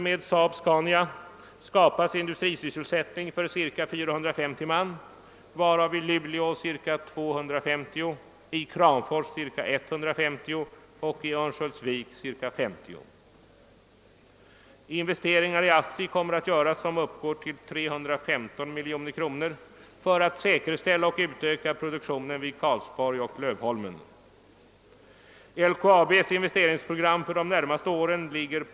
Om jag skall tala i klartext syftar jag självfallet här inte på dem av de 18 som kommer att väljas av den socialdemokratiska riksdagsgruppen, inte heller på dem som kommer att väljas av centerpartiets riksdagsgrupp. Jag syftar faktiskt på dem som kan komma att väljas av folkpartiets och moderata samlingspartiets riksdagsgrupper.